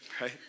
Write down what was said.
right